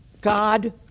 God